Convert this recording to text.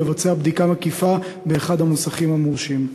ולבצע בדיקה מקיפה באחד המוסכים המורשים.